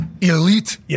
elite